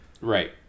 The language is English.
Right